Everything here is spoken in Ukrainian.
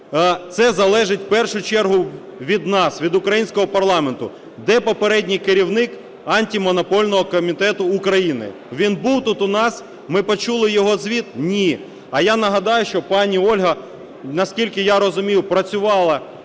Це залежить в першу чергу від нас, від українського парламенту. Де попередній Керівник Антимонопольного комітету України? Він був тут у нас, ми почули його звіт? Ні. А я нагадаю, що пані Ольга, наскільки я розумію, працювала